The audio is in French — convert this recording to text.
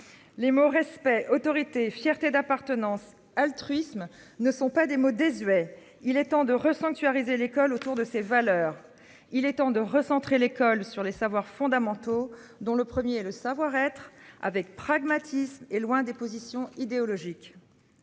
Les mots, respect, autorité fierté d'appartenance altruisme ne sont pas des mots désuets. Il est temps de re sanctuariser l'école autour de ses valeurs. Il est temps de recentrer l'école sur les savoirs fondamentaux dont le 1er et le savoir-être avec pragmatisme et loin des positions idéologiques.